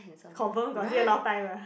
confirm got say a lot of time ah